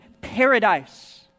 paradise